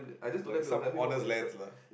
like some honest lads lah